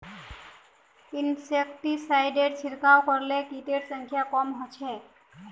इंसेक्टिसाइडेर छिड़काव करले किटेर संख्या कम ह छ